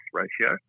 ratio